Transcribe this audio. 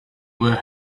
were